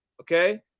Okay